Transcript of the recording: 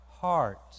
heart